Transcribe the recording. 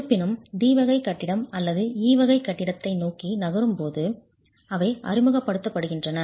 இருப்பினும் D வகை கட்டிடம் அல்லது E வகை கட்டிடத்தை நோக்கி நகரும்போது அவை அறிமுகப்படுத்தப்படுகின்றன